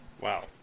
Wow